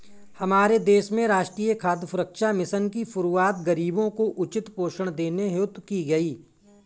हमारे देश में राष्ट्रीय खाद्य सुरक्षा मिशन की शुरुआत गरीबों को उचित पोषण देने हेतु की गई